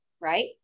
right